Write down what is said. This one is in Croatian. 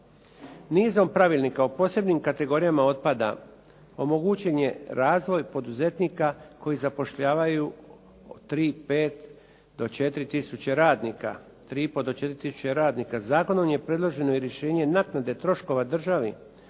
Nizom pravilnika o posebnim kategorijama otpada omogućen je razvoj poduzetnika koji zapošljavaju od 3 i pol do 4000 radnika. Zakonom je predloženo i rješenje naknade troškova državi